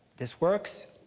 this works.